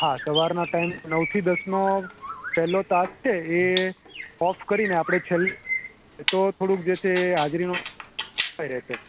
હા સવારનો ટાઇમ નવથી દસનો પેલો ક્લાસ છે એ ઓફ કરીને આપણે છેલ્લો તો થોડુંક જે છે એ હાજરીમાં રહેશે